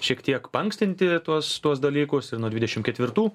šiek tiek paankstinti tuos tuos dalykus ir nuo dvidešimt ketvirtų